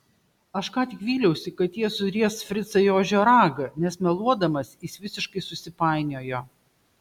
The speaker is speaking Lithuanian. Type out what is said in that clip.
aš ką tik vyliausi kad jie suries fricą į ožio ragą nes meluodamas jis visiškai susipainiojo